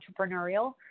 entrepreneurial